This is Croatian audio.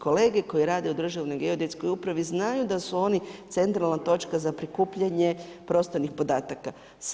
Kolege koji rade u Državnoj geodetskoj upravi znaju da su oni centralna točka za prikupljanje prostornih podataka.